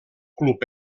club